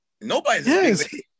Nobody's